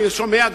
אני שומע,